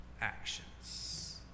actions